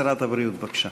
שרת הבריאות, בבקשה.